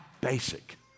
basic